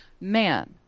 man